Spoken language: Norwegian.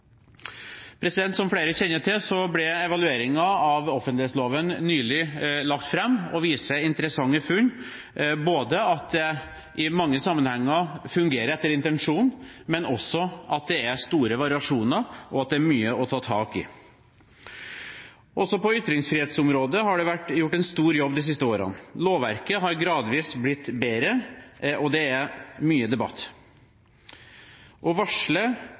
Som flere kjenner til, ble evalueringen av offentlighetsloven nylig lagt fram og viser interessante funn, både at offentlighetsloven i mange sammenhenger fungerer etter intensjonen, og at det er store variasjoner og mye å ta tak i. Også på ytringsfrihetsområdet har det vært gjort en stor jobb de siste årene. Lovverket har gradvis blitt bedre, og det er mye debatt. Å varsle